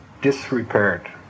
disrepaired